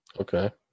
Okay